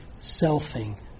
selfing